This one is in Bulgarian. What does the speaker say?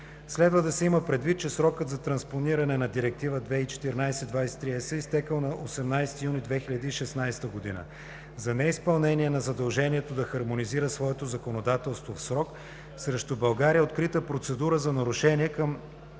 Следва да се има предвид, че срокът за транспониране на Директива 2014/23/ЕС е изтекъл на 18 юни 2016 г. За неизпълнение на задължението да хармонизира своето законодателство в срок срещу България е открита процедура за нарушение,